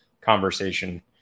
conversation